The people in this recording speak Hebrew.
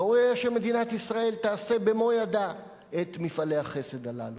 ראוי היה שמדינת ישראל תקים במו-ידיה את מפעלי החסד הללו.